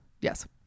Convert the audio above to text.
Yes